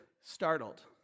startled